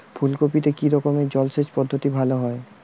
ফুলকপিতে কি রকমের জলসেচ পদ্ধতি ভালো হয়?